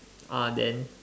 uh then